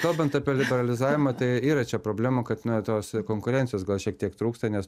kalbant apie liberalizavimą tai yra čia problemų kad tos konkurencijos gal šiek tiek trūksta nes